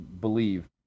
believe